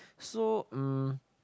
so um